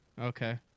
okay